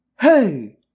Hey